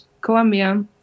Colombia